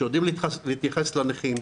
שיודעים להתייחס לנכים,